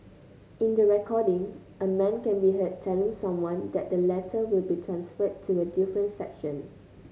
in the recording a man can be heard telling someone that the latter will be transferred to a different section